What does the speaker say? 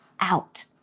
out